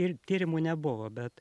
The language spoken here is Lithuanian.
ir tyrimų nebuvo bet